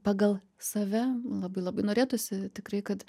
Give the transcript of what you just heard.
pagal save labai labai norėtųsi tikrai kad